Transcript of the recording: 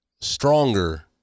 stronger